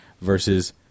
versus